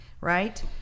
right